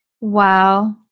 Wow